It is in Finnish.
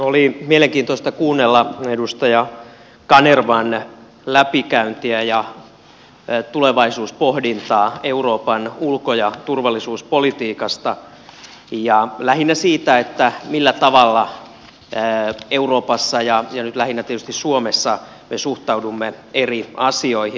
oli mielenkiintoista kuunnella edustaja kanervan läpikäyntiä ja tulevaisuuspohdintaa euroopan ulko ja turvallisuuspolitiikasta ja lähinnä siitä millä tavalla euroopassa ja nyt lähinnä tietysti suomessa me suhtaudumme eri asioihin